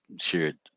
shared